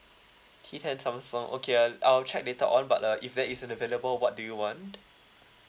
ten samsung okay I'll I'll check later on but uh if there isn't available what do you want